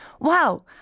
wow